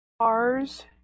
Cars